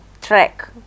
track